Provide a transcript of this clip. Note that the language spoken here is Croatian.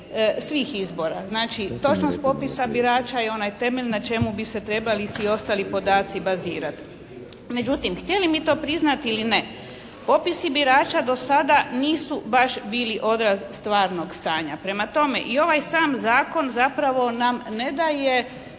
svih izbora. Znači, točnost popisa birača je onaj temelj na čemu bi se trebali i svi ostali podaci bazirati. Međutim, htjeli mi to priznati ili ne, popisi birača do sada nisu baš bili odraz stvarno stanja. Prema tome, i ovaj sam Zakon zapravo nam ne daje